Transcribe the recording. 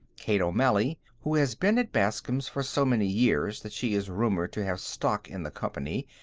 kate o'malley, who has been at bascom's for so many years that she is rumored to have stock in the company,